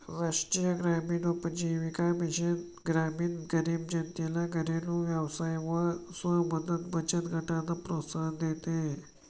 राष्ट्रीय ग्रामीण उपजीविका मिशन ग्रामीण गरीब जनतेला घरेलु व्यवसाय व स्व मदत बचत गटांना प्रोत्साहन देते